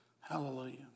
Hallelujah